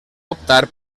optar